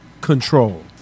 control